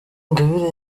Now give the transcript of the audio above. ingabire